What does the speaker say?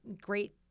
great